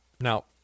Now